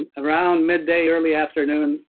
and around midday, early afternoon,